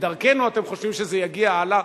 ודרכנו אתם חושבים שזה יגיע הלאה,